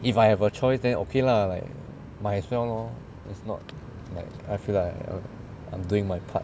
if I have a choice then okay lah like might as well lor it's not like I feel like I'm doing my part